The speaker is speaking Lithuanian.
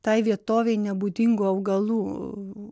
tai vietovei nebūdingų augalų